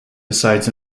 resides